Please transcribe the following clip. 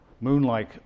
moon-like